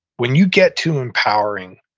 when you get to empowering,